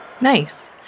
Nice